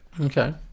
Okay